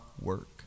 work